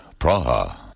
Praha